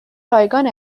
رایگان